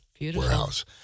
warehouse